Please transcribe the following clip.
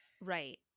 Right